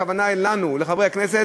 "חברי" הכוונה היא לנו, לחברי הכנסת,